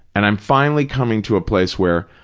and i'm finally coming to a place where,